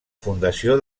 fundació